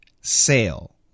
sale